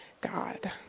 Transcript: God